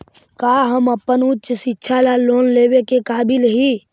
का हम अपन उच्च शिक्षा ला लोन लेवे के काबिल ही?